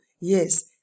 yes